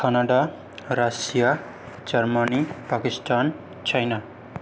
Canada Russia Germany Pakistan China